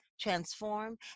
transform